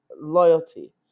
loyalty